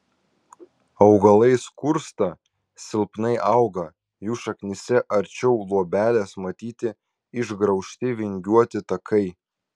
augalai skursta silpnai auga jų šaknyse arčiau luobelės matyti išgraužti vingiuoti takai